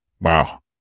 Wow